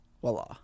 Voila